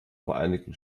vereinigten